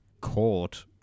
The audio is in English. court